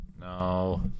no